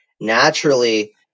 naturally